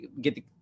get